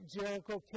Jericho